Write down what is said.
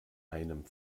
einem